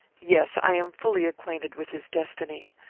yes. i am fully acquainted with his destiny.